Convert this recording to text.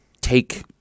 take